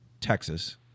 Texas